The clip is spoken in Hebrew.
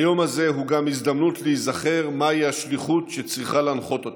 היום הזה הוא גם הזדמנות להיזכר מהי השליחות שצריכה להנחות אותנו,